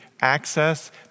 access